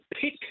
pick